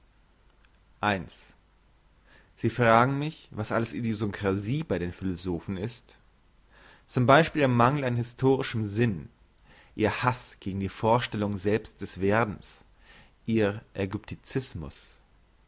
sie fragen mich was alles idiosynkrasie bei den philosophen ist zum beispiel ihr mangel an historischem sinn ihr hass gegen die vorstellung selbst des werdens ihr